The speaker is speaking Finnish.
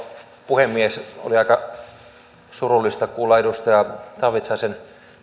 puhemies oli aika surullista kuulla edustaja taavitsaisen